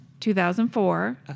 2004